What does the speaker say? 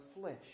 flesh